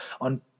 on